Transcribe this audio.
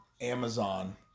Amazon